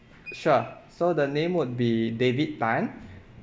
sure so the name would be david tan